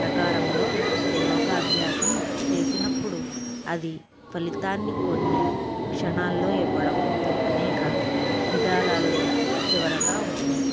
ప్రకారంలో యోగాభ్యాసం చేసినప్పుడు అది ఫలితాన్ని కొన్ని క్షణాల్లో ఇవ్వడం అనేక విధాలల్లో చివరగా ఉంటుంది